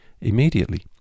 immediately